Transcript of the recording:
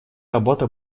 работа